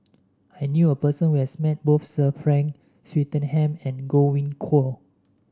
I knew a person who has met both Sir Frank Swettenham and Godwin Koay